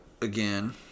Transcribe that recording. again